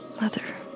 Mother